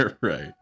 Right